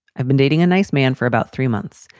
i've been dating a nice man for about three months.